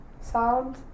sound